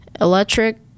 electric